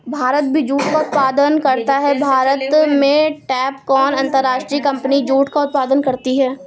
भारत भी जूट का उत्पादन करता है भारत में टैपकॉन अंतरराष्ट्रीय कंपनी जूट का उत्पादन करती है